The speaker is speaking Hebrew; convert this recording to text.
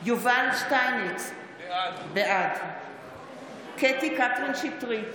יובל שטייניץ, בעד קטי קטרין שטרית,